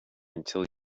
until